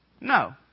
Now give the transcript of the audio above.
no